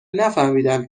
نفهمیدم